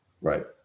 right